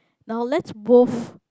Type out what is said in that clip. now let's move